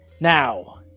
Now